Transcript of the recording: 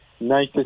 nice